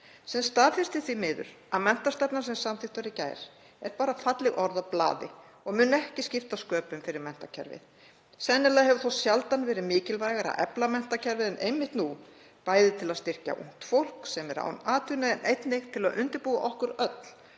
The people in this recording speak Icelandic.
sem staðfestir því miður að menntastefnan sem samþykkt var í gær er bara falleg orð á blaði og mun ekki skipta sköpum fyrir menntakerfið. Sennilega hefur þó sjaldan verið mikilvægara að efla menntakerfið en einmitt nú, bæði til að styrkja ungt fólk sem er án atvinnu, en einnig til að undirbúa okkur öll